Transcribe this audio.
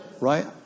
Right